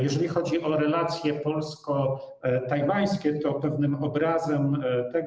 Jeżeli chodzi o relacje polsko-tajwańskie, to pewnym obrazem tego.